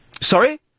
Sorry